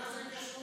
מה זה משנה?